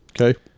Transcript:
Okay